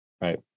right